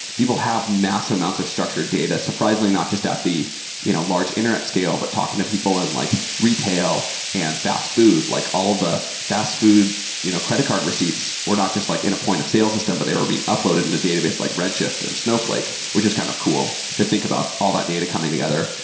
massive amounts of structured data. surprisingly not just at the you know large internet scale, but talking to people in like retail and fast food. like all of the fast food you know credit card receipts were not just like in a point of sales systems, but they were being uploaded in the database like red shift and snowflake, which is kind of cool to think about all that data coming together.